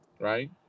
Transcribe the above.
right